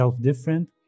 different